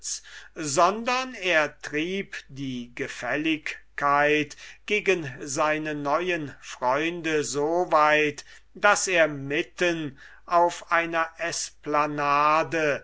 sondern trieb die gefälligkeit gegen seine neuen freunde so weit daß er mitten auf einer